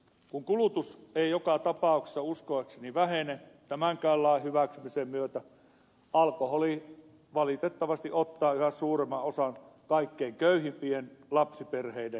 kun kulutus ei joka tapauksessa uskoakseni vähene tämänkään lain hyväksymisen myötä alkoholi valitettavasti ottaa yhä suuremman osan kaikkein köyhimpien lapsiperheiden toimeentulosta